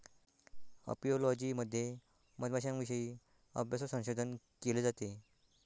apiology मध्ये मधमाश्यांविषयी अभ्यास व संशोधन केले जाते